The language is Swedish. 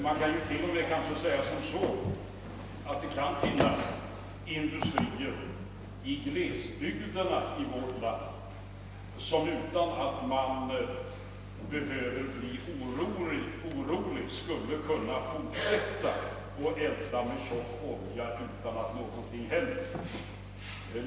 Man kan till och med säga att det kan finnas industrier i glesbygderna i vårt land som skulle kunna fortsätta att elda med tjock olja utan att någonting händer.